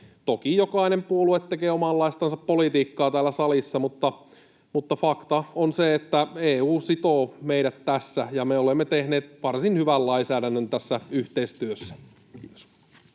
Toki jokainen puolue tekee omanlaistansa politiikkaa täällä salissa, mutta fakta on se, että EU sitoo meidät tässä, ja me olemme tehneet varsin hyvän lainsäädännön tässä yhteistyössä.